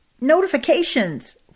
notifications